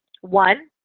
One